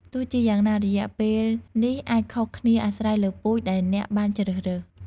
ទោះជាយ៉ាងណា រយៈពេលនេះអាចខុសគ្នាអាស្រ័យលើពូជដែលអ្នកបានជ្រើសរើស។